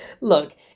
look